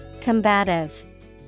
Combative